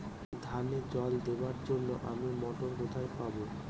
ধানে জল দেবার জন্য আমি মটর কোথায় পাবো?